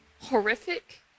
horrific